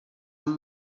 amb